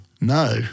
No